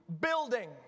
building